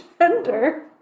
gender